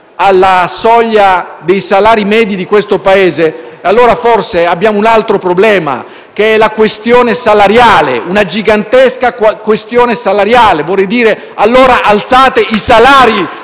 alla soglia dei salari medi di questo Paese, allora forse abbiamo un altro problema, che è la questione salariale, una gigantesca questione salariale. Allora vorrei dire: alzate i salari